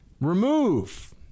Remove